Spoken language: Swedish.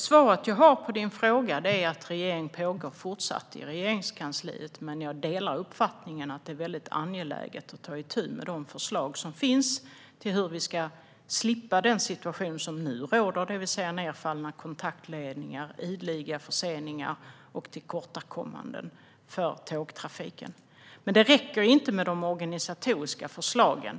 Svaret på din fråga är att beredning pågår fortsatt i Regeringskansliet. Jag delar uppfattningen att det är angeläget att ta itu med de förslag som finns till hur vi ska slippa den situation som nu råder, det vill säga nedfallna kontaktledningar, ideliga förseningar och tillkortakommanden för tågtrafiken. Men det räcker inte med de organisatoriska förslagen.